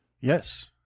Yes